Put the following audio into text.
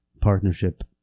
partnership